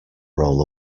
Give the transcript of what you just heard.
roll